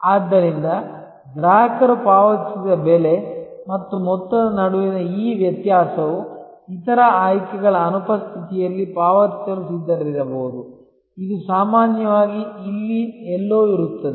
ಆದ್ದರಿಂದ ಗ್ರಾಹಕರು ಪಾವತಿಸಿದ ಬೆಲೆ ಮತ್ತು ಮೊತ್ತದ ನಡುವಿನ ಈ ವ್ಯತ್ಯಾಸವು ಇತರ ಆಯ್ಕೆಗಳ ಅನುಪಸ್ಥಿತಿಯಲ್ಲಿ ಪಾವತಿಸಲು ಸಿದ್ಧರಿರಬಹುದು ಇದು ಸಾಮಾನ್ಯವಾಗಿ ಇಲ್ಲಿ ಎಲ್ಲೋ ಇರುತ್ತದೆ